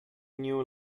new